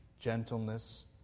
gentleness